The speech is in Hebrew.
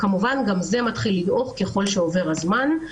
כמובן, גם זה מתחיל לדעוך ככל שעובר הזמן.